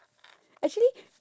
actually